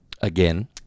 Again